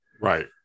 right